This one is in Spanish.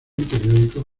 periódicos